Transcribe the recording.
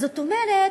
זאת אומרת